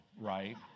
right